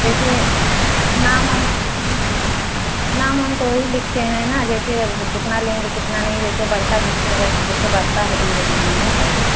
जैसे नाम वाम नाम वाम तो वही लिखते हैं ना जैसे अब कितना लेंगे कितना नहीं जैसे बढ़ता घटता जैसे जैसे बढ़ता है धीरे धीरे ना पैसा